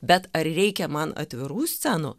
bet ar reikia man atvirų scenų